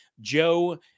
Joe